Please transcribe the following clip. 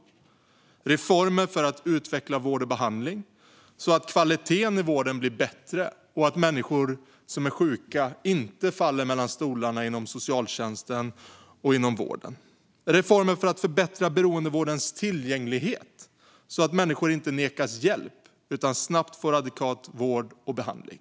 Vidare är det reformer för att utveckla vård och behandling så att kvaliteten i vården blir bättre och så att sjuka människor inte faller mellan stolarna inom socialtjänsten och vården. Sedan är det reformer för att förbättra beroendevårdens tillgänglighet så att människor inte nekas hjälp utan snabbt får adekvat vård och behandling.